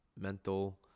mental